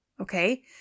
Okay